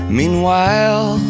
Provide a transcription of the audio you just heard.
meanwhile